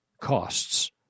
costs